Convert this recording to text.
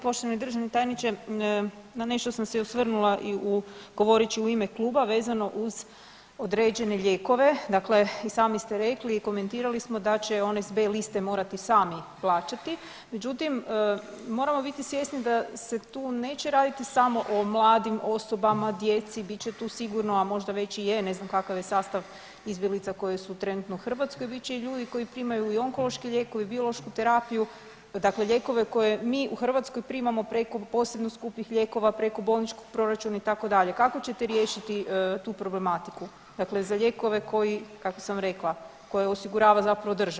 Poštovani državni tajniče, na nešto sam se i osvrnula i u, govoreći u ime kluba vezano uz određene lijekove, dakle i sami ste rekli i komentirali smo da će one s B liste morati sami plaćati, međutim moramo biti svjesni da se tu neće raditi samo o mladim osobama, djeci, bit će tu sigurno, a možda već i je, ne znam kakav je sastav izbjeglica koje su trenutno u Hrvatskoj, bit će i ljudi koji primaju i onkološke lijekove i biološku terapiju, dakle lijekove koje mi u Hrvatskoj primamo preko, posebno skupih lijekova, preko bolničkog proračuna itd., kako ćete riješiti tu problematiku, dakle za lijekove koji kako sam rekla koje osigurava zapravo država jel?